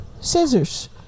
scissors